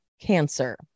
cancer